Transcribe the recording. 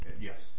Yes